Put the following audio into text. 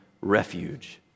refuge